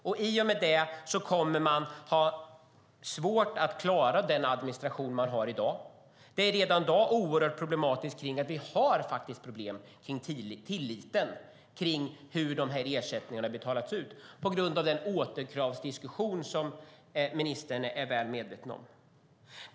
På grund av det kommer de att få svårt att klara den administration de har i dag. Redan i dag har vi oerhörda problem med tilliten i fråga om hur de här ersättningarna betalas ut på grund av den återkravsdiskussion som ministern är väl medveten om.